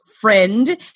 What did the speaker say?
friend